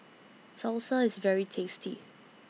Salsa IS very tasty